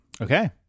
Okay